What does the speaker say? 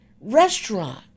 restaurant